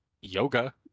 yoga